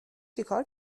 چیکار